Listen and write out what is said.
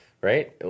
right